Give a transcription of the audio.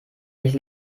nicht